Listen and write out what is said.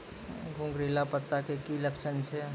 घुंगरीला पत्ता के की लक्छण छै?